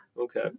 okay